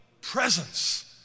presence